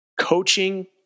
coaching